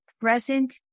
present